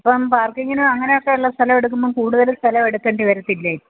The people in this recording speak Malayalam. അപ്പം പാർക്കിങ്ങിന് അങ്ങനെ ഒക്കെ ഉള്ള സ്ഥലം എടുക്കുമ്പം കൂടുതല് സ്ഥലം എടുക്കേണ്ടി വരത്തില്ലേ